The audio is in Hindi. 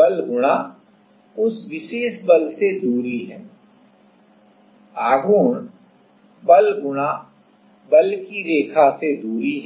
बल गुणा उस विशेष बल से दूरी है आघूर्ण बल गुणा बल की रेखा से दूरी है